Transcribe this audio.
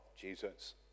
Jesus